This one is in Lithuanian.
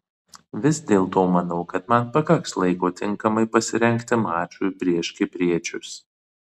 vis dėlto manau kad man pakaks laiko tinkamai pasirengti mačui prieš kipriečius